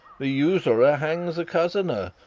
the usurer hangs the cozener.